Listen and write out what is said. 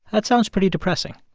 that sounds pretty depressing